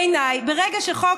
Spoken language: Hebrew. בעיניי, ברגע שחוק